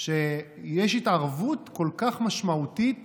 שערורייה שיש התערבות כל כך משמעותית